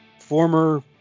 former